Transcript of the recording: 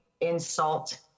insult